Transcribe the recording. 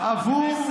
אנחנו אלה שמתפלאים.